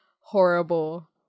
horrible